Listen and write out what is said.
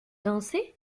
danser